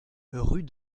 rue